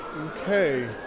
Okay